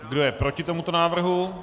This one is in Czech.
Kdo je proti tomuto návrhu?